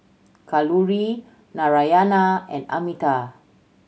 Kalluri Naraina and Amitabh